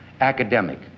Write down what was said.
academic